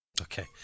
Okay